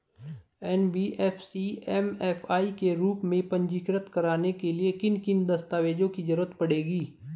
NBFC MFI के रूप में पंजीकृत कराने के लिए किन किन दस्तावेजों की जरूरत पड़ेगी?